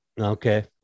Okay